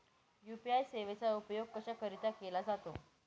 UPI सेवेचा उपयोग कशाकरीता केला जातो?